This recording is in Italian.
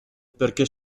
perché